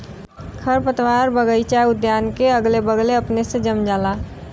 खरपतवार बगइचा उद्यान के अगले बगले अपने से जम जाला